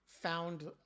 found